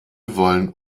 wollen